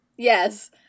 Yes